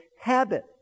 habit